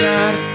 God